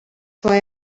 why